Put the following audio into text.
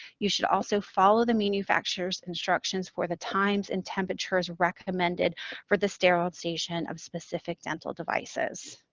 you should also follow the manufacturer's instructions for the times and temperatures recommended for the sterilization of specific dental devices.